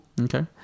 Okay